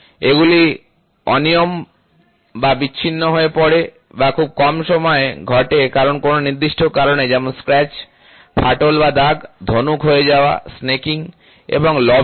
এগুলি অনিয়ম যা বিচ্ছিন্ন হয়ে পড়ে বা খুব কম সময়ে ঘটে কারণ কোনও নির্দিষ্ট কারণে যেমন স্ক্র্যাচ ফাটল বা দাগ ধনুক হয়ে যাওয়াস্নেকিং এবং লবিং